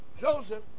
Joseph